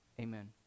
amen